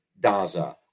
Daza